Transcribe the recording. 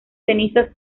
cenizas